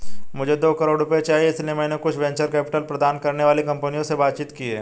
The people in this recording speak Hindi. मुझे दो करोड़ रुपए चाहिए इसलिए मैंने कुछ वेंचर कैपिटल प्रदान करने वाली कंपनियों से बातचीत की है